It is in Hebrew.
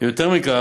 אני חושב,